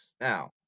Now